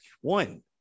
one